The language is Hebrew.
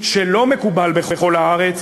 שלא מקובל בכל הארץ,